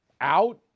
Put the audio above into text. out